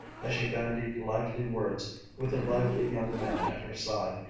as she bandied lively words with the lively young man at her side,